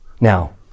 Now